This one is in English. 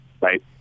right